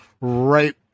right